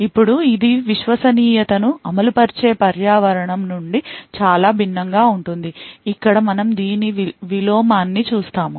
ఇప్పుడు ఇది విశ్వసనీయతను అమలు పరిచే పర్యావరణం నుండి చాలా భిన్నంగా ఉంటుంది ఇక్కడ మనం దీని విలోమాన్ని చూస్తాము